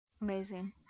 Amazing